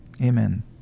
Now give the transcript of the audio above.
Amen